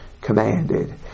commanded